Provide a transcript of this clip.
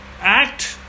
act